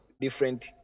different